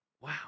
Wow